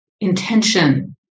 intention